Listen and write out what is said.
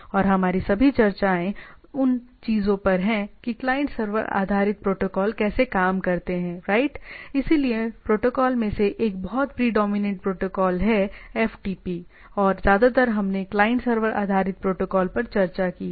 और हमारी सभी चर्चाएं उन चीजों पर है कि क्लाइंट सर्वर आधारित प्रोटोकॉल कैसे काम करते हैं राइट इसलिए प्रोटोकॉल में से एक बहुत प्रीडोमिनेंट प्रोटोकॉल है FTP और ज्यादातर हमने क्लाइंट सर्वर आधारित प्रोटोकॉल पर चर्चा की है